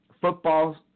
football